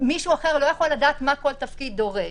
מישהו אחר לא יכול לדעת מה כל תפקיד דורש.